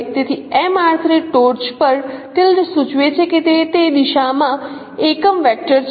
તેથી ટોચ પર ટિલ્ડ સૂચવે છે કે તે તે દિશામાં એકમ વેક્ટર છે